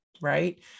right